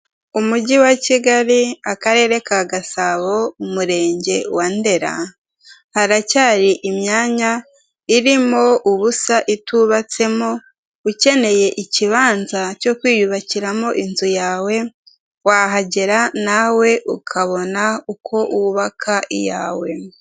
Umujyi wa kigali Akarere ka Gasabo umurenge wa Ndera, haracyari imyanya irimo ubusa itubatsemo ukeneye ikibanza cyo kwiyubakira inzu yawe wahagera nawe ukabona uko wubaka iyawe.